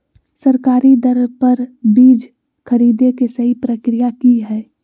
सरकारी दर पर बीज खरीदें के सही प्रक्रिया की हय?